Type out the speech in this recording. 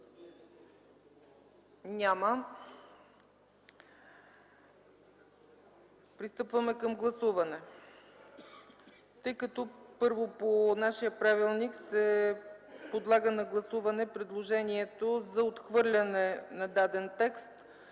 Няма. Пристъпваме към гласуване. Тъй като първо по нашия правилник се подлага на гласуване предложението за отхвърляне на даден текст,